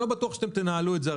אני לא בטוח שאתם תנהלו את זה,